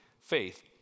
faith